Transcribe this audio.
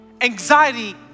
Anxiety